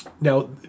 Now